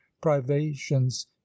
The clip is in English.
privations